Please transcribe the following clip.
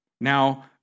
now